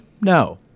No